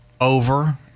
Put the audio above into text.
over